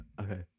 Okay